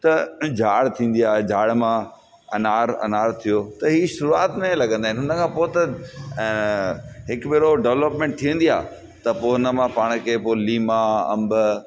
त झाड़ थींदी आहे त झाड़ मां अनार अनार थियो त ई शुरूआति में लॻंदा आहिनि उन खां पोइ त हिकु भेरो डवल्पमेंट थींदी आहे त पोइ उन मां पाण खे पोइ लीमा अंब